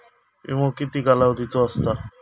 विमो किती कालावधीचो असता?